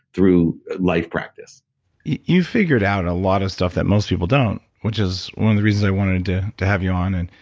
through life practice you figured out a lot of stuff that most people don't, which is one of the reasons that i wanted to to have you on. and